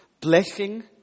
blessing